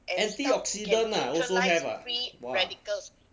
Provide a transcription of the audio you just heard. antioxidant ah also have ah !wah!